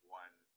one